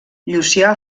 llucià